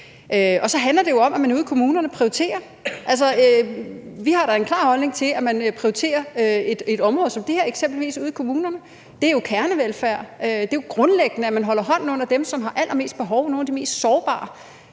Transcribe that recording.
Så handler det jo om, at man prioriterer ude i kommunerne. Vi har da en klar holdning til, at man prioriterer et område som det her eksempelvis ude i kommunerne. Det er jo kernevelfærd, det er jo grundlæggende, at man holder hånden under dem, som har allermest behov for det, nogle af de mest sårbare.